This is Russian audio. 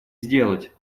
сделать